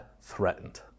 threatened